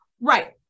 Right